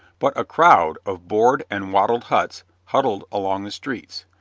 but a crowd of board and wattled huts huddled along the streets,